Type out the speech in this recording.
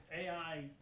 AI